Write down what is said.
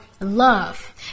Love